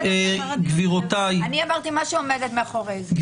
אני אמרתי משהו שאני עומדת מאחוריו.